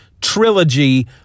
trilogy